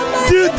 Dude